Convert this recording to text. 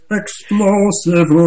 explosive